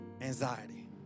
Anxiety